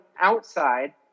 outside